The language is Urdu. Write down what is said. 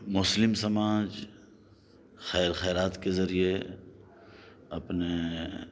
مسلم سماج خیر خیرات کے ذریعے اپنے